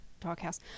doghouse